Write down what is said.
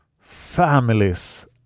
families